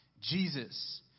Jesus